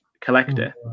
collector